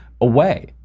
away